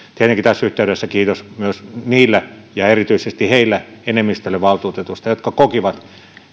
tietenkin tässä yhteydessä kiitos myös niille ja erityisesti heille enemmistölle valtuutetuista jotka kokivat